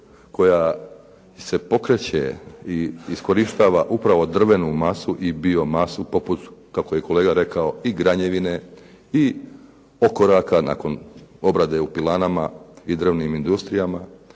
koja se pokreće i iskorištava upravo drvenu masu i biomasu poput kako je kolega rekao i granjevine i okoraka nakon obrade u pilanama i drvnim industrijama